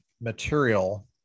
material